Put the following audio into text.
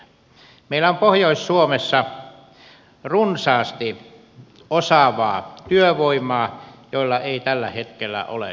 meillä on pohjois suomessa runsaasti osaavaa työvoimaa jolla ei tällä hetkellä ole työpaikkoja